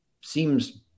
seems